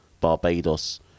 Barbados